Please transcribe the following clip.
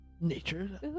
Nature